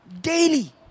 Daily